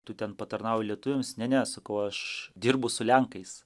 tu ten patarnauji lietuviams ne ne sakau aš dirbu su lenkais